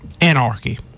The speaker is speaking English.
Anarchy